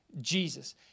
Jesus